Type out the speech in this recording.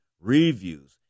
reviews